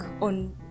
on